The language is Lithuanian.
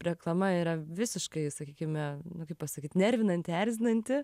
reklama yra visiškai sakykime nu kaip pasakyt nervinanti erzinanti